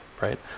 right